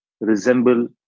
resemble